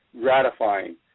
gratifying